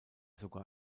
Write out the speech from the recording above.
sogar